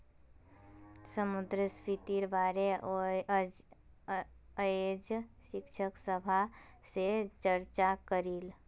मुद्रास्फीतिर बारे अयेज शिक्षक सभा से चर्चा करिल